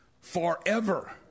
forever